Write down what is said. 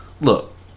Look